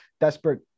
desperate